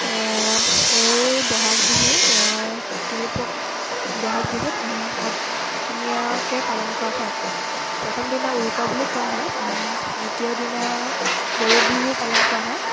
এই বহাগ বিহু তিনিপ্ৰক বহাগ বিহুত সাতদিনীয়াকৈ পালন কৰা হয় প্ৰথম দিনা উৰুকা বুলি কোৱা হয় দ্বিতীয় দিনা গৰুবিহু পালন কৰা হয়